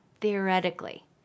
theoretically